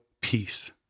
peace